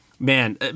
Man